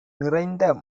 நிறைந்த